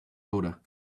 odor